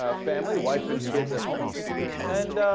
ah family wife and kids at home and